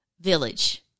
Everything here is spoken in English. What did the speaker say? village